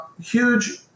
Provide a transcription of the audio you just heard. huge